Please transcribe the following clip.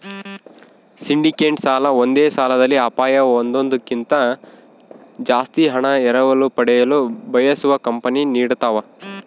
syndicated ಸಾಲ ಒಂದೇ ಸಾಲದಲ್ಲಿ ಅಪಾಯ ಹೊಂದೋದ್ಕಿಂತ ಜಾಸ್ತಿ ಹಣ ಎರವಲು ಪಡೆಯಲು ಬಯಸುವ ಕಂಪನಿ ನೀಡತವ